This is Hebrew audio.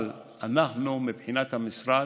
אבל אנחנו, מבחינת המשרד,